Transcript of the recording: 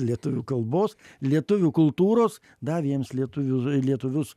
lietuvių kalbos lietuvių kultūros davė jiems lietuvių lietuvius